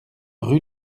rue